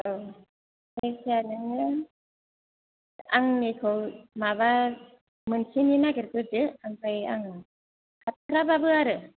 औ जायखिया नोङो आंनिखौ माबा मोनसेनि नागेरग्रोदो आमफ्राय आं हाथ्राबाबो आरो